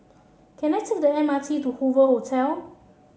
can I take the M R T to Hoover Hotel